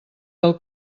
del